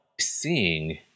seeing